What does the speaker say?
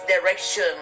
direction